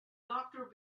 doctor